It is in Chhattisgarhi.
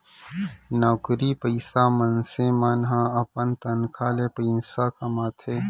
नउकरी पइसा मनसे मन ह अपन तनखा ले पइसा कमाथे